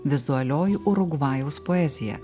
vizualioji urugvajaus poezija